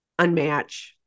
unmatch